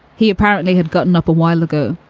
he apparently had gotten up a while ago,